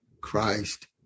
Christ